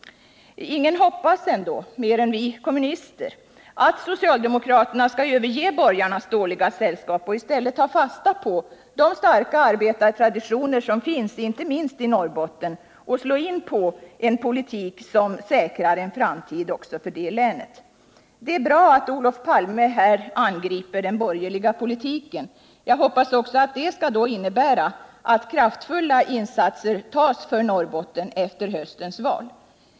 Ingen hoppas ändå mer än vi kommunister att socialdemokraterna skall överge borgarnas dåliga sällskap och i stället ta fasta på de starka arbetartraditioner som finns inte minst i Norrbotten och slå in på en politik som säkrar en framtid också för det länet. Det är bra att Olof Palme angriper den borgerliga politiken. Jag hoppas att det skall innebära att också kraftfulla insatser görs för Norrbotten efter höstens val.